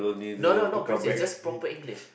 no no no British just proper English